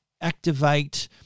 activate